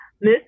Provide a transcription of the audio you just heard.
Miss